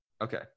Okay